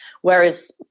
whereas